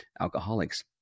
alcoholics